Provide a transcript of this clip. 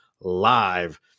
live